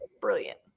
brilliant